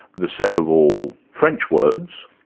the set of all french words,